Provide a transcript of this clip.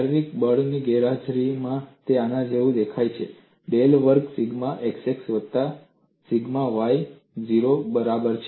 શારીરિક બળની ગેરહાજરીમાં તે આના જેવું દેખાય છે ડેલ વર્ગ સિગ્મા xx વત્તા સિગ્મા yy 0 ની બરાબર